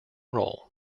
role